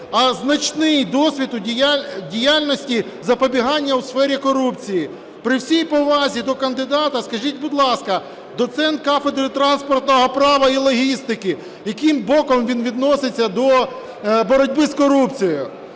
а значний досвід діяльності запобігання у сфері корупції. При всій повазі до кандидата, скажіть, будь ласка, доцент кафедри транспортного права і логістики, яким боком він відноситься до боротьби з корупцією?